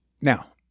Now